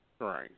Right